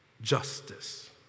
justice